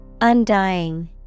Undying